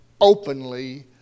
openly